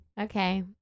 Okay